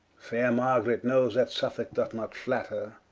faire margaret knowes, that suffolke doth not flatter,